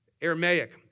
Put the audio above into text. Aramaic